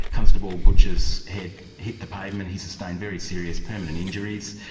constable butcher's head hit the pavement, he sustained very serious permanent injuries.